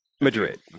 Madrid